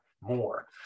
more